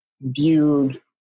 viewed